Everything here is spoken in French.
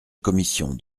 commission